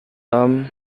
tom